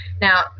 Now